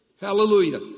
Hallelujah